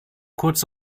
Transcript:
kurz